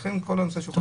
תודה.